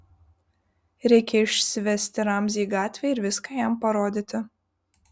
reikia išsivesti ramzį į gatvę ir viską jam parodyti